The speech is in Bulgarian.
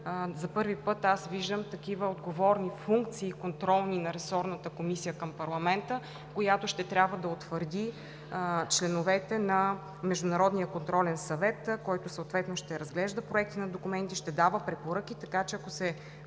За първи път виждам такива отговорни контролни функции на ресорната Комисия към парламента, която ще трябва да утвърди членовете на Международния контролен съвет, който съответно ще разглежда проекти на документи, ще дава препоръки и така нататък.